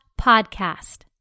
podcast